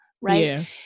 Right